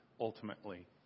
ultimately